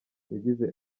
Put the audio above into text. yagize